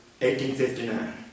1859